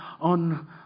on